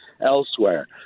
elsewhere